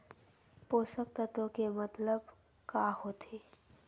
पोषक तत्व के मतलब का होथे?